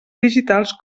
digitals